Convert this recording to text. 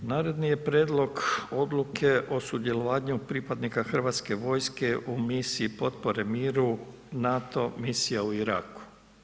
Naredni je prijedlog Odluke o sudjelovanju pripadnika Hrvatske vojske u Misiji potpore miru „NATO misija u Iraku“